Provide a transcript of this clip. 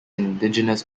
indigenous